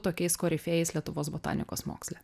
tokiais korifėjais lietuvos botanikos moksle